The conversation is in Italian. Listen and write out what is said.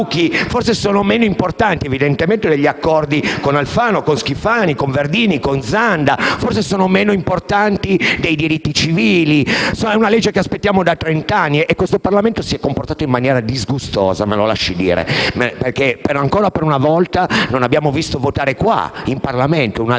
sono meno importanti degli accordi con Alfano, Schifani, Verdini e Zanda. Forse sono meno importanti dei diritti civili. È una legge che aspettiamo da trent'anni e questo Parlamento si è comportato in maniera disgustosa - me lo lasci dire, Presidente - perché ancora una volta non abbiamo visto votare in Parlamento una legge,